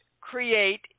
create